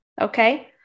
okay